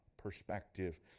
Perspective